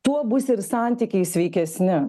tuo bus ir santykiai sveikesni